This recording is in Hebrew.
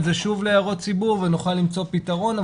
זה שוב להערות ציבור ונוכל למצוא פתרון,